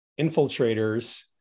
infiltrators